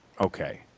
okay